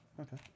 Okay